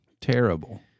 Terrible